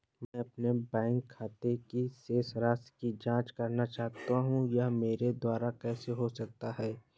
मैं अपने बैंक खाते की शेष राशि की जाँच करना चाहता हूँ यह मेरे द्वारा कैसे हो सकता है?